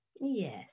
Yes